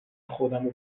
خودمو